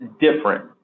different